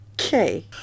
Okay